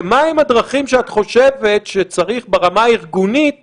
ומהן הדרכים שאת חושבת שצריך ברמה הארגונית